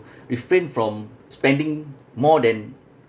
refrain from spending more than